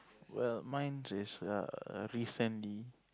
well mine is err recently